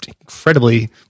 incredibly